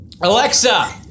Alexa